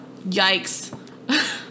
yikes